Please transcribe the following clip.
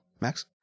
Max